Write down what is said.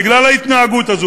בגלל ההתנהגות הזאת,